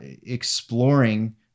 exploring